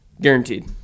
Guaranteed